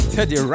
Teddy